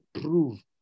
prove